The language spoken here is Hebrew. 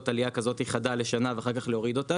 עלייה כזאת חדה לשנה ואחר כך להוריד אותה,